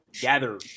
Gather